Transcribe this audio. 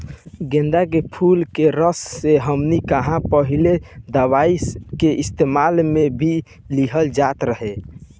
गेन्दा के फुल के रस से हमनी किहां पहिले दवाई के इस्तेमाल मे भी लिहल जात रहे